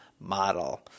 model